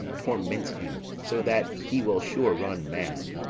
torments him so that he will sure run mad.